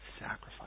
sacrifice